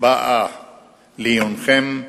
באה לעיונכם,